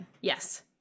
Yes